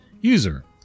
User